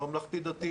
לממלכתי דתי